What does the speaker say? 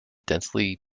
densely